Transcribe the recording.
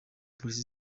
polisi